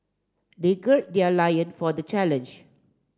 they gird their loin for the challenge